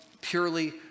purely